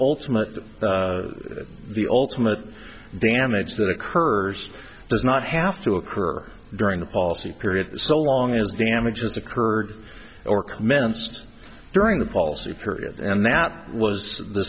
ultimate the ultimate damage that occurs does not have to occur during the policy period so long as damages occurred or commenced during the policy period and that was the